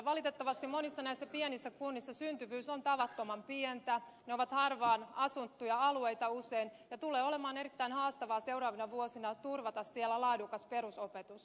valitettavasti monissa näistä pienistä kunnista syntyvyys on tavattoman pientä ne ovat harvaanasuttuja alueita usein ja tulee olemaan erittäin haastavaa seuraavina vuosina turvata siellä laadukas perusopetus